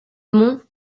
monts